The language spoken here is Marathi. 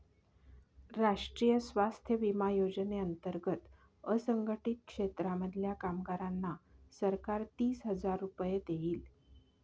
राष्ट्रीय स्वास्थ्य विमा योजने अंतर्गत असंघटित क्षेत्रांमधल्या कामगारांना सरकार तीस हजार रुपये देईल